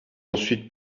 ensuite